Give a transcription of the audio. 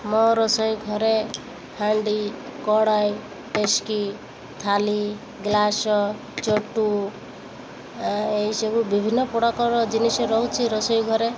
ମୋ ରୋଷେଇ ଘରେ ହାଣ୍ଡି କଡ଼ାଇ ଥାଳି ଗ୍ଲାସ୍ ଚଟୁ ଏହିସବୁ ବିଭିନ୍ନ ଜିନିଷ ରହୁଛି ରୋଷେଇ ଘରେ